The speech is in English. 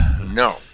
no